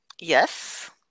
Yes